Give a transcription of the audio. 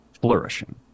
flourishing